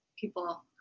people